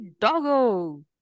doggo